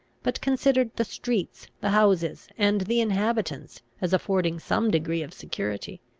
but considered the streets, the houses, and the inhabitants, as affording some degree of security.